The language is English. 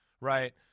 right